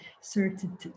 certain